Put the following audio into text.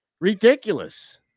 Ridiculous